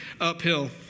uphill